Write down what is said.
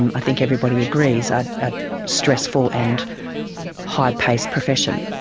and i think everybody agrees, a ah stressful and high paced profession.